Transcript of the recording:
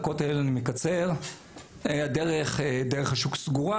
הלכנו לכותל, דרך השוק סגורה